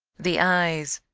the eyes,